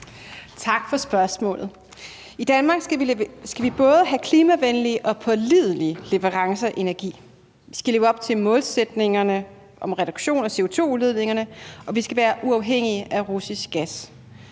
Tak for spørgsmålet. I Danmark skal vi både have klimavenlige og pålidelige leverancer af energi. Vi skal leve op til målsætningerne om reduktion af CO2-udledningerne, og vi skal være uafhængige af russisk gas.